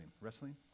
Wrestling